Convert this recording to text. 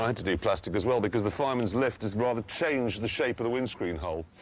i had to do plastic as well because the fireman's lift has rather changed the shape of the windscreen hole.